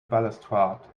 balustrade